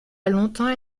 longtemps